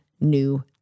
new